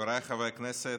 חבריי חברי הכנסת,